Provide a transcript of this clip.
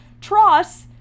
Tross